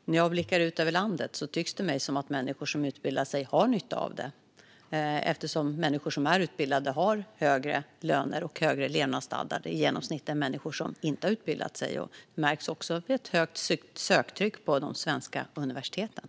Herr talman! När jag blickar ut över landet tycks det mig att människor som utbildar sig har nytta av det, eftersom utbildade människor i genomsnitt har högre löner och högre levnadsstandard än människor som inte har utbildat sig. Det märks också på att det är ett högt söktryck på de svenska universiteten.